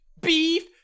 beef